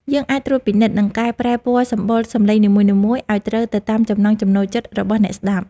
យើងអាចត្រួតពិនិត្យ និង កែប្រែពណ៌សម្បុរសំឡេងនីមួយៗឱ្យត្រូវទៅតាមចំណង់ចំណូលចិត្តរបស់អ្នកស្ដាប់។